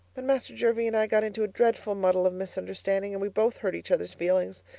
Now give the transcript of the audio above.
but master jervie and i got into a dreadful muddle of misunderstanding and we both hurt each other's feelings.